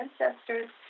ancestors